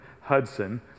Hudson